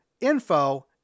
info